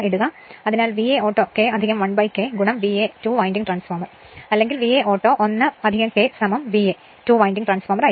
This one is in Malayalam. അതിനാൽ VA auto K 1 K VA 2 winding transformer അല്ലെങ്കിൽ VA auto 1 K VA 2 winding transformer ആയിരിക്കും